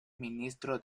ministro